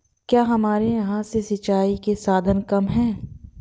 क्या हमारे यहाँ से सिंचाई के साधन कम है?